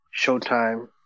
Showtime